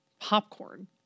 popcorn